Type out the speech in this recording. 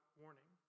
warning